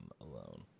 alone